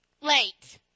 late